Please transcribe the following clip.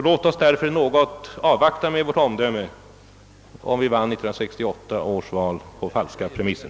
Låt oss därför något vänta med omdömet, huruvida vi vann 1968 års val på falska premisser.